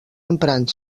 emprant